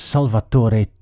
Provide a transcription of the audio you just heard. Salvatore